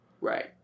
right